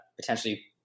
potentially